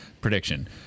Prediction